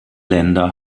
länder